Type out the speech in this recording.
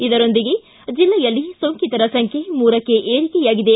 ಇದರೊಂದಿಗೆ ಜಿಲ್ಲೆಯಲ್ಲಿ ಸೋಂಕಿತರ ಸಂಖ್ಯೆ ಮೂರಕ್ಕೆ ಏರಿಕೆಯಾಗಿದೆ